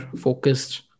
focused